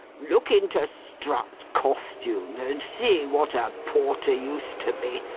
look into strutt's costumes, and see what a porter used to be,